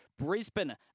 Brisbane